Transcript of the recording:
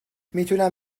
میتونم